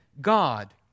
God